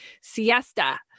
siesta